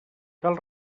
cal